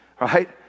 right